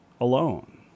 alone